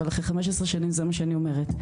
אבל אחרי 15 שנים זה מה שאני אומרת.